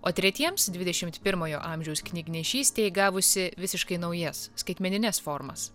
o tretiems dvidešim pirmojo amžiaus knygnešystė įgavusi visiškai naujas skaitmenines formas